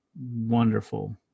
Wonderful